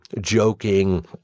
joking